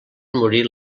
morir